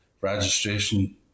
registration